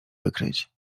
wykryć